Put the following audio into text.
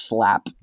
Slap